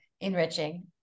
enriching